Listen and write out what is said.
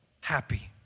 happy